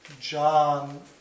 John